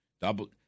Double